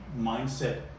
mindset